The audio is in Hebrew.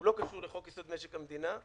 הוא לא קשור לחוק-יסוד: משק המדינה.